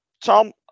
Tom